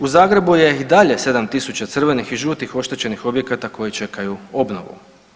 U Zagrebu je i dalje 7.000 crvenih i žutih oštećenih objekata koji čekaju obnovu.